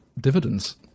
dividends